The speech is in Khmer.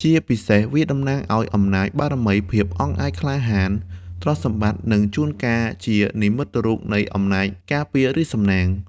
ជាពិសេសវាតំណាងឲ្យ អំណាច បារមី ភាពអង់អាចក្លាហាន ទ្រព្យសម្បត្តិ និងជួនកាលជា និមិត្តរូបនៃអំណាចការពារ ឬសំណាង។